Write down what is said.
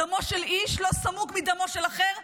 דמו של איש לא סמוק מדמו של אחר,